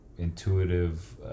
Intuitive